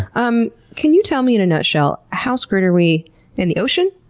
um can you tell me in a nutshell, how screwed are we in the ocean,